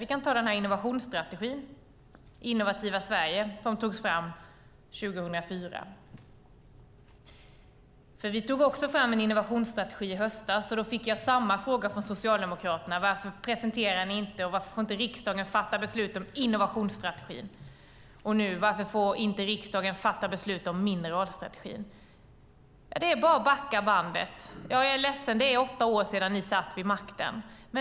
Vi kan ta innovationsstrategin Innovativa Sverige som togs fram 2004. Vi tog också fram en innovationsstrategi i höstas. Då fick jag samma fråga från Socialdemokraterna. Varför presenterade ni inte den för riksdagen, och varför får riksdagen inte fatta beslut om innovationsstrategin? Nu är frågan: Varför får riksdagen inte fatta beslut om mineralstrategin? Det är bara att backa bandet. Jag är ledsen. Det är åtta år sedan ni satt vid makten.